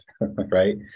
right